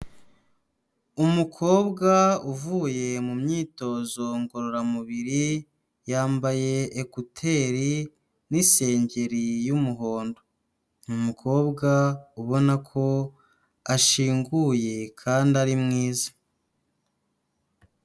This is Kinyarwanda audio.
Umukobwa uvuye mu myitozo ngororamubiri, yambaye ekuteri n'isengeri y'umuhondo. Ni umukobwa ubona ko ashinguye kandi ari mwiza.